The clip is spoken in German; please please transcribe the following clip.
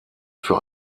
für